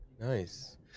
Nice